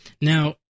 Now